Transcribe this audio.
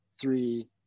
three